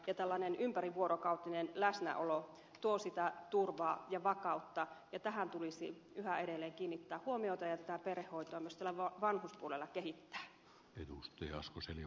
tällainen ympärivuorokautinen läsnäolo tuo sitä turvaa ja vakautta ja tähän tulisi yhä edelleen kiinnittää huomiota ja tätä perhehoitoa myös tällä vanhuspuolella kehittää